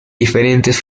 diferentes